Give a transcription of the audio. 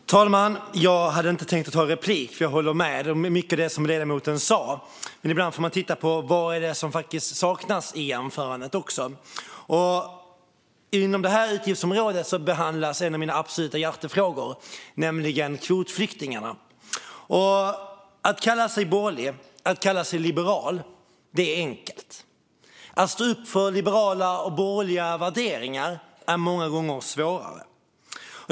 Fru talman! Jag hade inte tänkt ta replik, eftersom jag håller med om mycket av det som ledamoten sa. Men ibland får man titta också på vad som saknas i anförandet. Inom det här utgiftsområdet behandlas en av mina absoluta hjärtefrågor: kvotflyktingarna. Att kalla sig borgerlig och liberal är enkelt. Att stå upp för liberala och borgerliga värderingar är många gånger svårare.